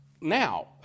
now